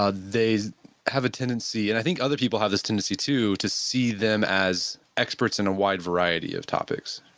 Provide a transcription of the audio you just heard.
ah they have a tendency, and i think other people have this tendency too, to see them as experts in a wide variety of topics,